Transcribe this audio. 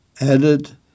Added